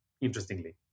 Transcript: interestingly